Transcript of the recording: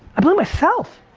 i blame myself.